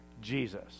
Jesus